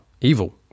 evil